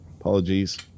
apologies